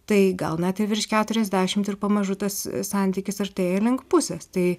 tai gal net ir virš keturiasdešimt ir pamažu tas santykis artėja link pusės tai